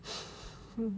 hmm